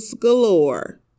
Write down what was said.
galore